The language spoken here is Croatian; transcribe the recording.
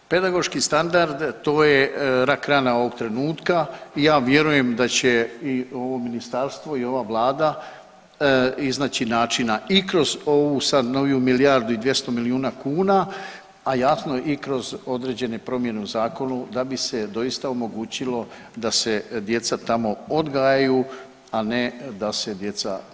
Pedagoški standard to je rak rana ovog trenutka i ja vjerujem da će i ovo ministarstvo i ova vlada iznaći načina i kroz ovu sad noviju milijardu i 200 milijuna kuna, a jasno je i kroz određene promjene u zakonu da bi se doista omogućilo da se djeca tamo odgajaju, a ne da se djeca tamo čuvaju.